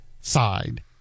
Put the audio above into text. side